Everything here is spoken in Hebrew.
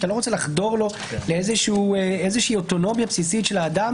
שאתה לא רוצה לחדור לו לאיזו שהיא אוטונומיה בסיסית של האדם,